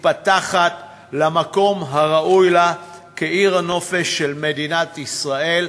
מתפתחת למקום הראוי לה כעיר הנופש של מדינת ישראל.